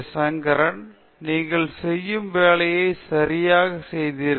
சங்கரன் நீங்கள் செய்யும் வேலையை சரியாக செய்தீர்கள்